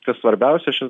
kas svarbiausia šis